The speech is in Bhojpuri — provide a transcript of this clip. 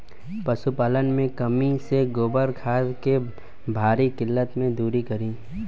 पशुपालन मे कमी से गोबर खाद के भारी किल्लत के दुरी करी?